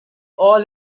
all